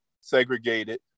segregated